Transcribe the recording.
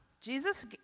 Jesus